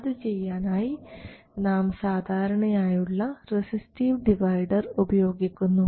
അത് ചെയ്യാനായി നാം സാധാരണയായുള്ള റസിസ്റ്റീവ് ഡിവൈഡർ ഉപയോഗിക്കുന്നു